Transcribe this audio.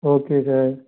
okay sir